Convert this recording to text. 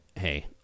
Hey